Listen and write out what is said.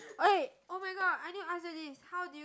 okay oh-my-god I need to ask you this how did you